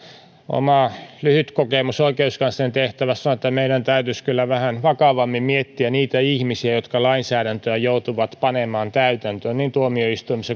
oma lyhyt kokemukseni oikeuskanslerin tehtävässä on että meidän täytyisi kyllä vähän vakavammin miettiä niitä ihmisiä jotka lainsäädäntöä joutuvat panemaan täytäntöön niin tuomioistuimissa